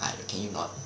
!hais! can you not